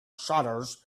shutters